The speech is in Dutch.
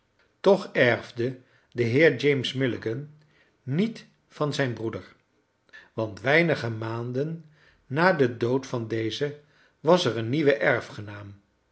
toch erfde de heer james milligan niet van zijn broeder want weinige maanden na den dood van dezen was er een nieuwe